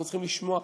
אנחנו צריכים לשמוע,